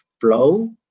flow